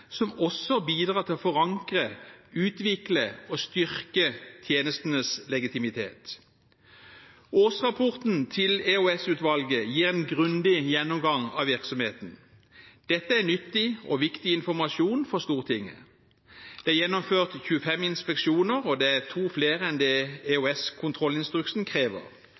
som også bidrar til å forankre, utvikle og styrke tjenestenes legitimitet. Årsrapporten til EOS-utvalget gir en grundig gjennomgang av virksomheten. Dette er nyttig og viktig informasjon for Stortinget. Det er gjennomført 25 inspeksjoner, og det er to flere enn det EOS-kontrollinstruksen krever.